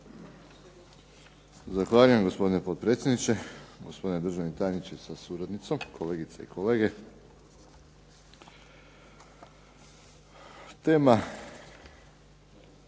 (HSS)** Poštovani potpredsjedniče, poštovani državni tajniče sa suradnicom, kolegice i kolege. Pa